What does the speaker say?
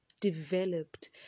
developed